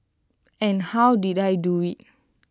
and how did I do IT